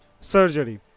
surgery